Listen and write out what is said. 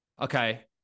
Okay